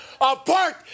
apart